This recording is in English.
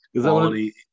Quality